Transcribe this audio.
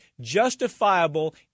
justifiable